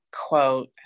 quote